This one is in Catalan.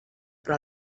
però